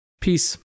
Peace